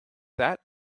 that